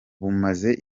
bumaze